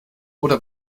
oder